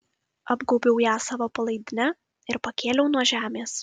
apgaubiau ją savo palaidine ir pakėliau nuo žemės